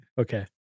Okay